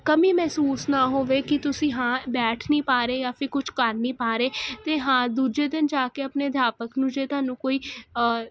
ਕਮੀ ਮਹਿਸੂਸ ਨਾ ਹੋਵੇ ਕੀ ਤੁਸੀਂ ਹਾਂ ਬੈਠ ਨੀ ਪਾ ਰਹੇ ਜਾਂ ਫੇਰ ਕੁਛ ਕਰ ਨੀ ਪਾ ਰਹੇ ਤੇ ਹਾਂ ਦੂਜੇ ਦਿਨ ਜਾ ਕੇ ਆਪਨੇ ਅਧਿਆਪਕ ਨੂੰ ਜੇ ਤੁਹਾਨੂੰ ਕੋਈ